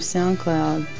SoundCloud